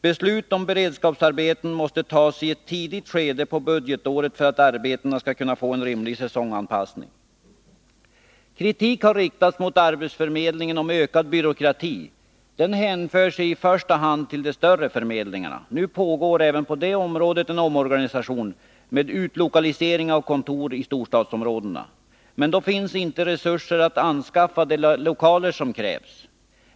Beslut om beredskapsarbeten måste tas i ett tidigt skede av budgetåret för att arbetena skall kunna få en rimlig säsongsanpassning. Kritik har riktats mot arbetsförmedlingen för ökad byråkrati. Den kritiken hänför sig i första hand till de större förmedlingarna. Nu pågår även på det området en omorganisation med utlokalisering av kontor i storstadsområdena. Men det finns inte resurser att anskaffa de lokaler som krävs.